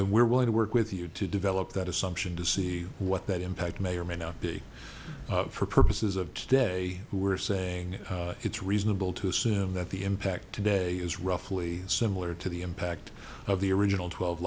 and we're willing to work with you to develop that assumption to see what that impact may or may not be for purposes of today who are saying it's reasonable to assume that the impact today is roughly similar to the impact of the original twelve